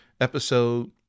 episode